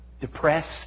depressed